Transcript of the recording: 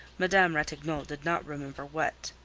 madame ratignolle did not remember what.